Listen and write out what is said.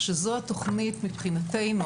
שזאת התוכנית מבחינתנו,